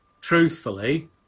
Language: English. truthfully